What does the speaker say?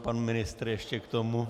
Pan ministr ještě k tomu.